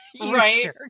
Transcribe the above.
Right